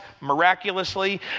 miraculously